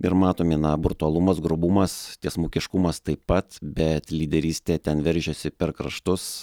ir matomi na brutalumas grubumas tiesmukiškumas taip pat bet lyderystė ten veržiasi per kraštus